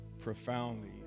profoundly